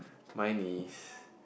mine is